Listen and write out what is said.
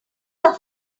that